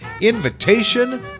Invitation